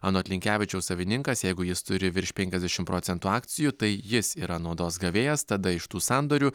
anot linkevičiaus savininkas jeigu jis turi virš penkiasdešimt procentų akcijų tai jis yra naudos gavėjas tada iš tų sandorių